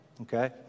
Okay